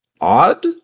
odd